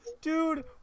Dude